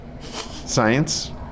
Science